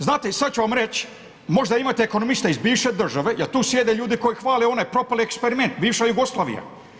Znate i sada ću vam reći, možda imate ekonomiste iz bivše države jer tu sjede ljudi koji hvale onaj propali eksperiment bivša Jugoslavija.